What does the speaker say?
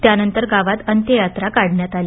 त्यानंतर गावात अंत्ययात्रा काढण्यात आली